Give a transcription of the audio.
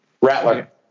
Rattler